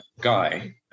guy